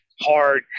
hard